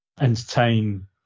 entertain